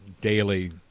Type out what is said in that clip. daily